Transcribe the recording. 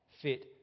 fit